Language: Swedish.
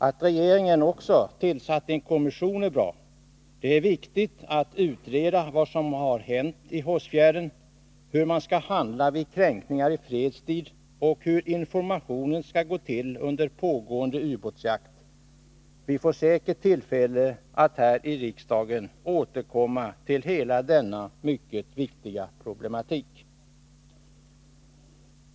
Att regeringen också tillsatt en kommission är bra. Det är viktigt att utreda vad som hänt i Hårsfjärden, hur man skall handla vid kränkningar i fredstid och hur informationen skall gå till under pågående ubåtsjakt. Vi får säkert tillfälle att här i riksdagen återkomma till hela denna mycket viktiga problematik.